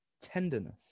tenderness